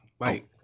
Right